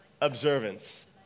observance